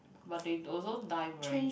but they also die very